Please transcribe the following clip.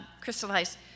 crystallized